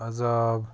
عذاب